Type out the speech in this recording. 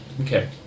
Okay